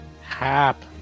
Hap